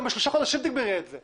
גם בשלושה חודשים תסיימי את זה.